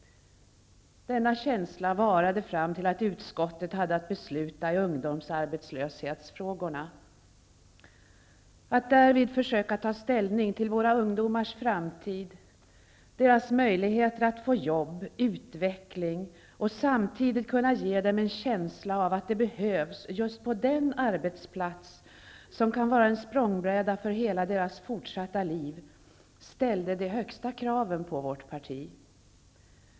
Denna känsla varade fram till dess att utskottet hade att besluta i ungdomsarbetslöshetsfrågorna. Att därvid försöka ta ställning till våra ungdomars framtid, deras möjligheter att få jobb, utveckling, och samtidigt kunna ge dem en känsla av att de behövs just på den arbetsplats som kan vara en språngbräda för hela deras fortsatta liv, ställde de högsta kraven på vårt parti.